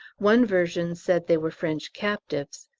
one version said they were french captives,